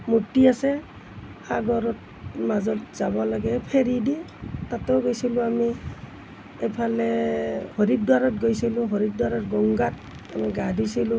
মূৰ্তি আছে সাগৰত মাজত যাব লাগে ফেৰীদি তাতো গৈছিলোঁ আমি এইফালে হৰিদ্বাৰত গৈছিলোঁ হৰিদ্বাৰত গংগাত আমি গা ধুইছিলোঁ